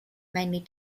mainly